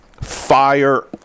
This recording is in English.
fire